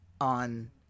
on